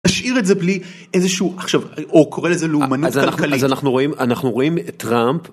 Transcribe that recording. תשאיר את זה בלי איזה שהוא, עכשיו הוא קורא לזה לאומנות. אז אנחנו רואים, אנחנו רואים את טראמפ.